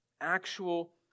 actual